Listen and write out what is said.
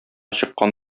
чыккан